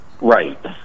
right